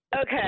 Okay